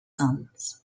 sons